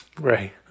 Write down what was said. Right